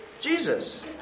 Jesus